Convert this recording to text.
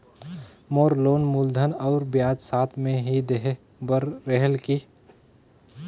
मोर loan मूलधन और ब्याज साथ मे ही देहे बार रेहेल की?